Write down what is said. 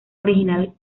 originalmente